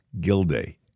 Gilday